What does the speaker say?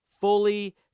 fully